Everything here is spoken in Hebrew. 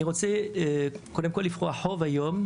אני רוצה קודם כל לפרוע חוב היום,